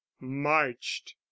marched